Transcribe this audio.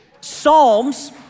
Psalms